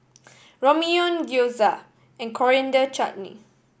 Ramyeon Gyoza and Coriander Chutney